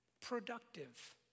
productive